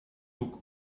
took